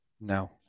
No